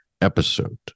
episode